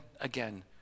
again